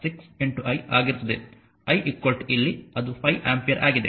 6I ಆಗಿರುತ್ತದೆ I ಇಲ್ಲಿ ಅದು 5 ಆಂಪಿಯರ್ ಆಗಿದೆ